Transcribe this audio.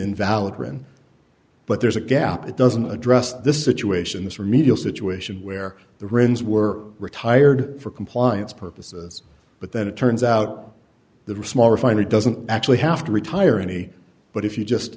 invalid written but there's a gap it doesn't address this situation this remedial situation where the rens were retired for compliance purposes but then it turns out the wrist more refined it doesn't actually have to retire any but if you just